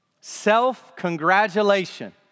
Self-congratulation